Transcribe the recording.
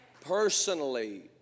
personally